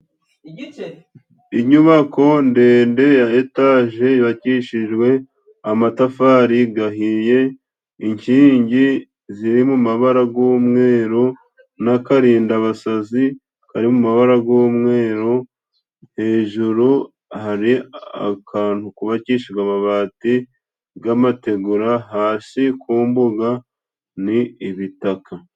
Inyubako ndende ya etaje yubakishijwe amatafari gahiye ，inkingi ziri mu mabara g'umweru n'akarindabasazi kari mu mabara g'umweru， hejuru hari akantu kubakishwa amabati g'amategura， hasi ku mbuga， ni ibitaka.